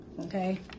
okay